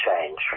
change